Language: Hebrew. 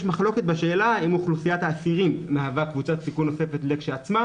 מחלוקת בשאלה אם אוכלוסיית האסירים מהווה קבוצת סיכון נוספת לכשעצמה,